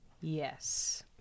Yes